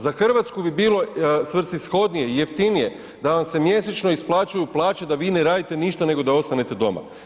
Za RH bi bilo svrsishodnije i jeftinije da vam se mjesečno isplaćuju plaće da vi ne radite ništa nego da ostanete doma.